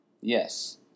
Yes